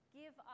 give